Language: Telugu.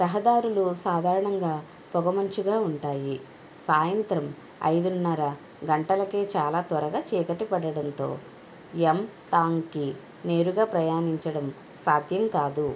రహదారులు సాధారణంగా పొగమంచుగా ఉంటాయి సాయంత్రం ఐదున్నర గంటలకే చాలా త్వరగా చీకటి పడటంతో యమ్తాంగ్కి నేరుగా ప్రయాణించడం సాధ్యం కాదు